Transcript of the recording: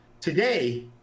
Today